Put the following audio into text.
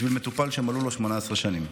בשביל מטופל שמלאו לו 18 שנים,